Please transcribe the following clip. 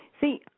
See